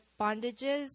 bondages